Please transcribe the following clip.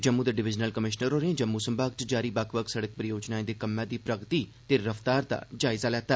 जम्मू दे divisional commissioner होरें जम्मू संभाग च जारी बक्ख बक्ख सड़क परियोजनाएं दे कम्मै दी प्रगति ते रफ्तार दा जायजा लैता